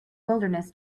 wilderness